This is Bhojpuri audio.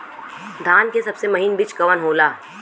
धान के सबसे महीन बिज कवन होला?